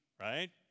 right